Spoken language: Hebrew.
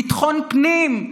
ביטחון פנים.